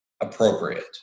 appropriate